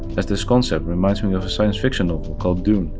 as this concept reminds me of a science fiction novel called dune,